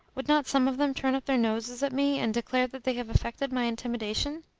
would not some of them turn up their noses at me, and declare that they have effected my intimidation?